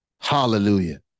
Hallelujah